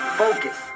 Focus